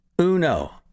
uno